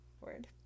Word